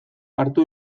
hartu